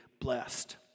blessed